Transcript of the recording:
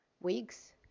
weeks